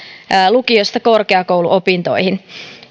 lukiosta korkeakouluopintoihin